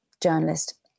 journalist